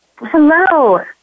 Hello